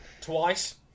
twice